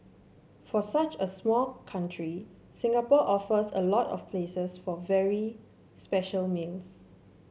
for such a small country Singapore offers a lot of places for very special meals